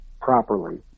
properly